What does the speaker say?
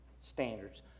standards